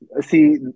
see